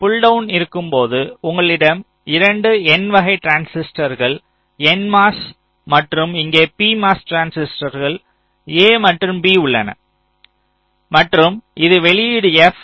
புள் down இருக்கும் போது உங்களிடம் 2 n வகை டிரான்சிஸ்டர்கள் nMOS மற்றும் இங்கே pMOS டிரான்சிஸ்டர்கள் a மற்றும் b உள்ளன மற்றும் இது வெளியீடு f